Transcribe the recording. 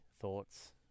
thoughts